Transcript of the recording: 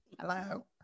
Hello